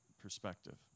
perspective